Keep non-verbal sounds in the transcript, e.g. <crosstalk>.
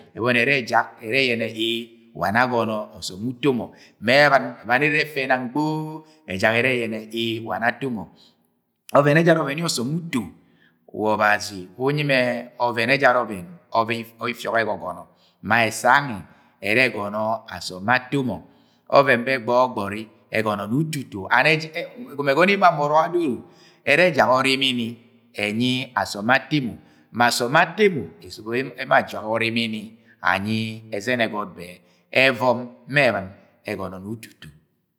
Ẹbọni ẹrẹ ẹjak, ẹrẹ ee wa nọ agọnọ ọsọm we uto mọ. Ma ẹnɨn wa nẹ ẹrẹ ẹffẹ nang gboo, ẹgọmọ ẹjak ẹrẹ yẹnẹ wa nọ ato mọ Ọvẹn ẹjara ọvẹn yẹ ọsọm uto, wa Obazi unyi mọ ọvẹn ẹjara ọvẹn ifiọk ọvẹ ẹgọgọnọ ma ẹssẹ gangẹ ẹrẹ ẹgọnọ asọm bẹ ato mọ. Ọvẹn bẹ gbọgbọri ẹgọnọ ni ututo. Ẹgọmọ <unintelligible> ẹgọnọ yẹ emo amama ọrọk adoro, ẹrẹ ẹjak ọrimin ẹnyi asọm bẹ ato amo, ma asọm bẹ ato emo ara anọng ajak ọrimini anyi ẹzẹnẹ ẹgot bẹ. Ẹvọm ma ẹgọnọ ni ututo.